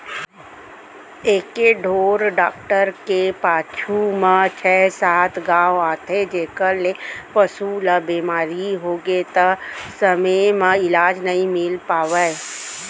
एके ढोर डॉक्टर के पाछू म छै सात गॉंव आथे जेकर ले पसु ल बेमारी होगे त समे म इलाज नइ मिल पावय